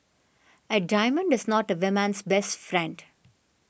a diamond is not a woman's best friend